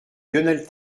lionel